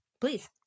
Please